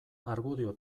argudio